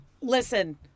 Listen